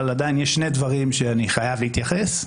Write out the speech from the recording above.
אבל עדיין יש שני דברים שאני חייב להתייחס.